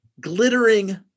glittering